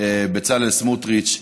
בצלאל סמוטריץ,